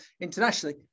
internationally